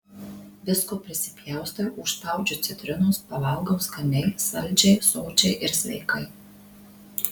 visko prisipjaustau užspaudžiu citrinos pavalgau skaniai saldžiai sočiai ir sveikai